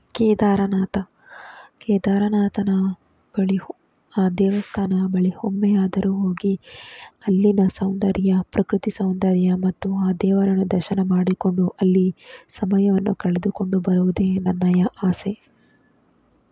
ಕೇದಾರನಾಥ ಕೇದಾರನಾಥನ ಬಳಿ ಆ ದೇವಸ್ಥಾನ ಬಳಿ ಒಮ್ಮೆಯಾದರೂ ಹೋಗಿ ಅಲ್ಲಿನ ಸೌಂದರ್ಯ ಪ್ರಕೃತಿ ಸೌಂದರ್ಯ ಮತ್ತು ಆ ದೇವರನ್ನು ದರ್ಶನ ಮಾಡಿಕೊಂಡು ಅಲ್ಲಿ ಸಮಯವನ್ನು ಕಳೆದುಕೊಂಡು ಬರುವುದೇ ನನ್ನಯ ಆಸೆ